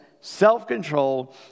self-control